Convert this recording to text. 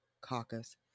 caucus